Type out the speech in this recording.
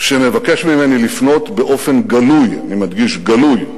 שמבקש ממני לפנות באופן גלוי, אני מדגיש, גלוי,